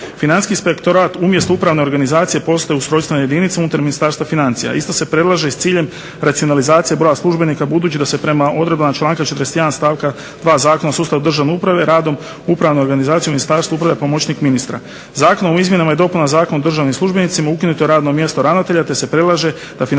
Financijski inspektorat umjesto upravne organizacije postaje ustrojstvena jedinica unutar Ministarstva financija. Isto se predlaže i s ciljem racionalizacije broja službenika budući da se prema odredbama članka 41. Stavka 2. Zakona o sustavu državne uprave radom upravne organizacije u ministarstvu upravlja pomoćnik ministra. Zakonom o izmjenama i dopunama Zakona o državnim službenicima ukinuto je mjesto ravnatelja, te se predlaže da Financijskom